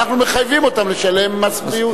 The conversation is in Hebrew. ואנחנו מחייבים אותם לשלם מס בריאות.